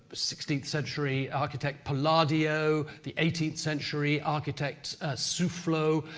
sixteenth century architect, palladio, the eighteenth century architect ah soufflot,